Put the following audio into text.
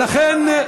ולכן,